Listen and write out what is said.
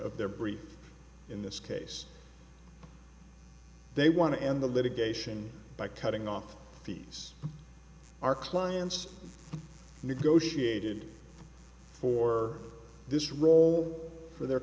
of their brief in this case they want to end the litigation by cutting off fees our clients negotiated for this role for their